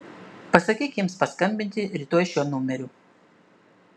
pasakyk jiems paskambinti rytoj šiuo numeriu